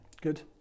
Good